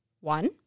One